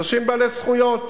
אנשים בעלי זכויות.